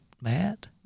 Matt